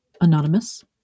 Anonymous